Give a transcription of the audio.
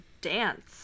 dance